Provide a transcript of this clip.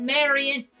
Marion